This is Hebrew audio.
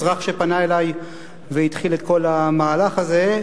אזרח שפנה אלי והתחיל את כל המהלך הזה,